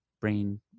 brain